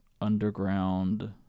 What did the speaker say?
underground